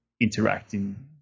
interacting